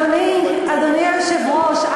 אדוני היושב-ראש,